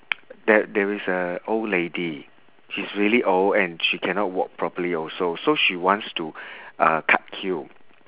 there there is a old lady she's really old and she cannot walk properly also so she wants to uh cut queue